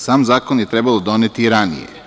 Sam zakon je trebalo doneti i ranije.